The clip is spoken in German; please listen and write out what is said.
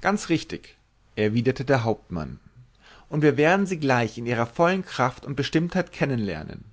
ganz richtig erwiderte der hauptmann und wir werden sie gleich in ihrer vollen kraft und bestimmtheit kennenlernen